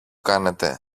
κάνετε